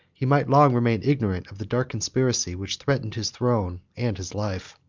he might long remain ignorant of the dark conspiracy which threatened his throne and his life.